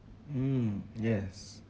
mm yes